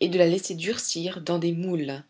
et de la laisser durcir dans des moules